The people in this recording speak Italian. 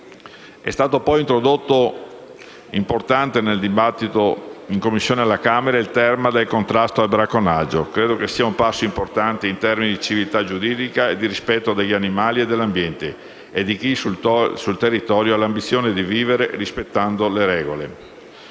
È stato poi introdotto nel dibattito in Commissione alla Camera il tema del contrasto al bracconaggio, un passo importante in termini di civiltà giuridica e di rispetto degli animali, dell'ambiente e di chi sul territorio ha l'ambizione di vivere rispettando le regole.